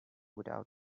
without